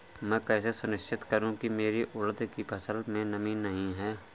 मैं कैसे सुनिश्चित करूँ की मेरी उड़द की फसल में नमी नहीं है?